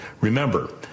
Remember